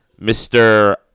Mr